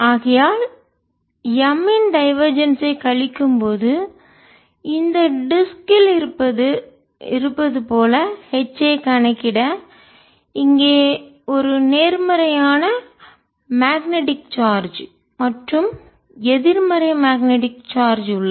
ஆகையால் நான் M இன் டைவர்ஜென்ஸ் ஐ கழிக்கும்போது இந்த டிஸ்க் வட்டு ல் இருப்பது போல H ஐ கணக்கிட இங்கே ஒரு நேர்மறையான மேக்னெட்டிக் காந்த சார்ஜ் மற்றும் எதிர்மறை மேக்னெட்டிக் காந்த சார்ஜ் உள்ளது